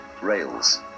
rails